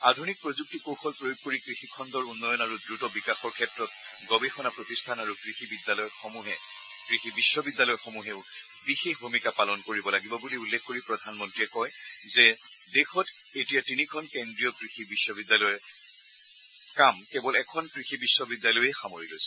আধুনিক প্ৰযুক্তি কৌশল প্ৰয়োগ কৰি কৃষিখণ্ডৰ উন্নয়ন আৰু দ্ৰত বিকাশৰ ক্ষেত্ৰত গৱেষণা প্ৰতিষ্ঠান আৰু কৃষি বিশ্ববিদ্যালয়সমূহে বিশেষ ভূমিকা পালন কৰিব লাগিব বুলি উল্লেখ কৰি প্ৰধানমন্ত্ৰীয়ে কয় যে দেশত এতিয়া তিনিখন কেন্দ্ৰীয় কৃষি বিশ্ববিদ্যালয়ৰ কাম কেৱল এখন কৃষি বিশ্ববিদ্যালয়েই সামৰি লৈছে